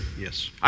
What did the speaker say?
Yes